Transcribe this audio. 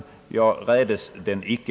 Jag rädes den icke.